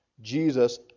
Jesus